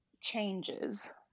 changes